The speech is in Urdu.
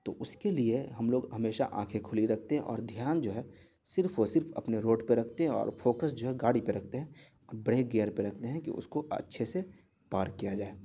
تو اس کے لیے ہم لوگ ہمیشہ آنکھیں کھلی رکھتے ہیں اور دھیان جو ہے صرف اور صرف اپنے روڈ پہ رکھتے ہیں اور فوکس جو ہے گاڑی پہ رکھتے ہیں اور بریک گیئر پہ رکھتے ہیں کہ اس کو اچھے سے پار کیا جائے